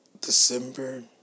December